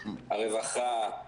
הרווחה,